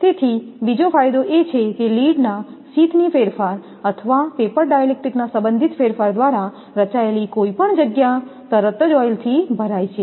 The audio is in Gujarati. તેથી બીજો ફાયદો એ છે કે લીડના શીથની ફેરફાર અથવા પેપર ડાઇલેક્ટ્રિકના સંબંધિત ફેરફાર દ્વારા રચાયેલી કોઈપણ જગ્યા તરત જ ઓઇલ થી ભરાય છે